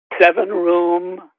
seven-room